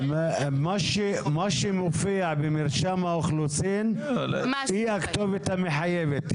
שמופיע במרשם האוכלוסין, זאת הכתובת המחייבת.